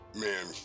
man